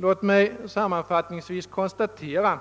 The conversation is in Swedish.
Låt mig sammanfattningsvis konstatera